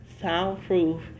soundproof